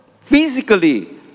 physically